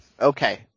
Okay